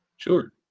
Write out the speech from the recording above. sure